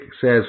says